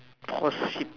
possible